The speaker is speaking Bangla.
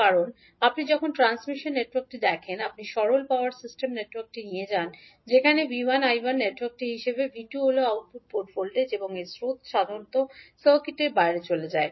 কারণ আপনি যখন ট্রান্সমিশন নেটওয়ার্কটি দেখেন আপনি সরল পাওয়ার সিস্টেম নেটওয়ার্কটি নিয়ে যান যেখানে 𝐕1 𝐈1 নেটওয়ার্কের ভিতরে এবং 𝐕2 হল আউটপুট পোর্ট ভোল্টেজ এবং স্রোত সাধারণত সার্কিটের বাইরে চলে যায়